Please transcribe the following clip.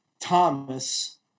Thomas